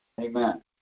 Amen